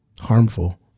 harmful